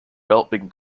developing